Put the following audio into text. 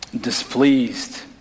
displeased